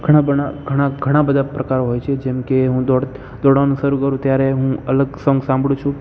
ઘણા બના ઘણા બધા પ્રકારો હોય છે જેમ કે હું દોડવાનું શરૂ કરું ત્યારે હું અલગ સોંગ સાંભળું છું